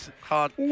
hard